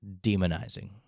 demonizing